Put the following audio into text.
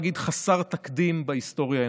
אפשר להגיד, חסר תקדים בהיסטוריה האנושית.